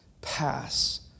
pass